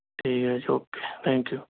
ਠੀਕ ਹੈ okay thank you